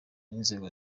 n’inzego